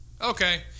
Okay